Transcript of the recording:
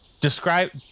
describe